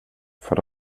för